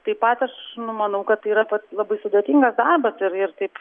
taip pat aš numanau kad tai yra pats labai sudėtingas darbas ir ir taip